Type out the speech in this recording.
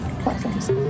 platforms